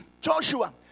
Joshua